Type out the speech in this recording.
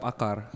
Akar